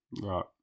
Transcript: Right